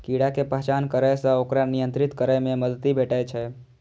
कीड़ा के पहचान करै सं ओकरा नियंत्रित करै मे मदति भेटै छै